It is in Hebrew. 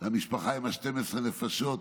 למשפחה עם 12 נפשות,